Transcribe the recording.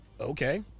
okay